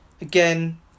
again